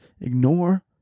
ignore